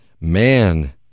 Man